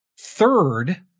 third